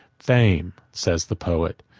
fame, says the poet,